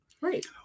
Right